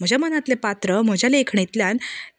म्हज्या मनांतलें पात्र म्हज्या लेखणेंतल्यान